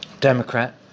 Democrat